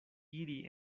iri